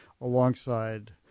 alongside